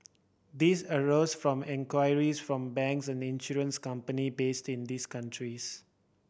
these arose from inquiries from banks and insurance company based in these countries